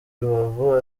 rubavu